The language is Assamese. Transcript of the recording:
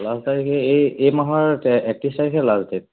লাষ্ট তাৰিখে এই এই মাহৰ একত্ৰিছ তাৰিখে লাষ্ট ডেট